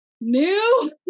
new